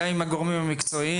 גם עם הגורמים המקצועיים.